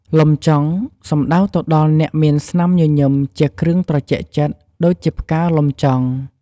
លំចង់ សំដៅទៅដល់អ្នកមានស្នាមញញឺមជាគ្រឿងត្រជាក់ចិត្តដូចជាផ្កាលំចង់។